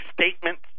statements